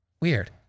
Weird